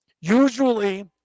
usually